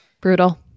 Brutal